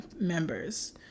members